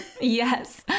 yes